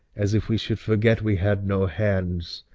as if we should forget we had no hands,